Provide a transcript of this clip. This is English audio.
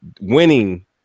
winning